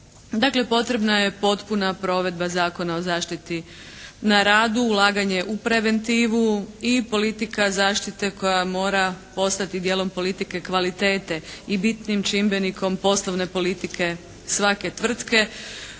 Dakle potrebna je potpuna provedba Zakona o zaštiti na radu, ulaganje u preventivu i politika zaštite koja mora postati dijelom politike kvalitete i bitnim čimbenikom poslovne politike svake tvrtke,